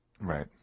Right